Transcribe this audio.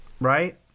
Right